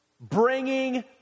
bringing